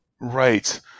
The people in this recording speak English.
Right